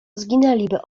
zginęliby